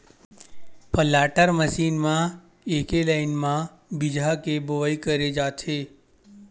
planter machine म एके line म बीजहा के बोवई करे जाथे